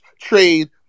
trade